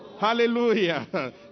Hallelujah